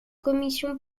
commission